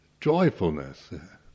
joyfulness